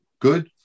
good